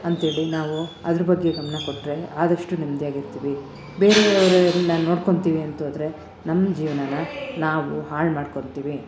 ಅಂತೇಳಿ ನಾವು ಅದರ ಬಗ್ಗೆ ಗಮನ ಕೊಟ್ಟರೆ ಆದಷ್ಟು ನೆಮ್ಮದಿಯಾಗಿರ್ತೀವಿ ಬೇರೆಯವರನ್ನು ನೋಡಿಕೊಂತೀವಿ ಅಂತೋದರೆ ನಮ್ಮ ಜೀವನನ ನಾವು ಹಾಳುಮಾಡ್ಕೊಂತೀವಿ